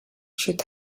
should